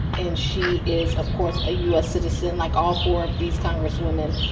and she is, of course, a u s. citizen, like all four of these congresswomen.